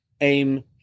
aim